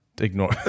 Ignore